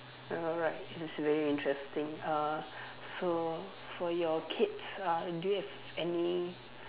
alright that's very interesting uh so for your kids uh do you have any